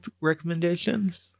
recommendations